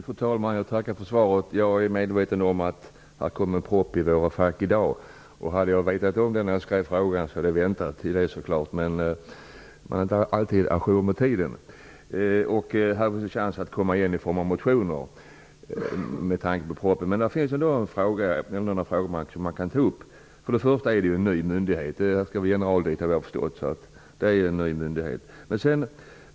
Fru talman! Jag tackar för svaret. Jag är medveten om att det i dag har kommit en propositionen i våra fack. Hade jag vetat det när jag ställde min fråga, hade jag givetvis väntat. Men man är inte alltid à jour med tiden. Det finns ju en chans att återkomma i form av motioner. Jag vill dock ta upp ett par saker. Det är ju en ny myndighet med en generaldirektör i spetsen.